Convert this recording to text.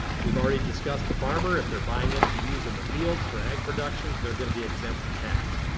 we've already discussed the farmer. if they're buying it to use in the fields for ag production, they're gonna be exempt from tax.